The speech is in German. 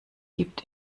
gibt